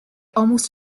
almost